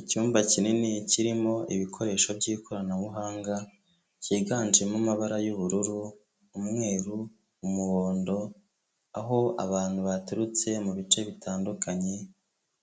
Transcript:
Icyumba kinini kirimo ibikoresho by'ikoranabuhanga, byiganjemo amabara y'ubururu, umweru, umuhondo, aho abantu baturutse mu bice bitandukanye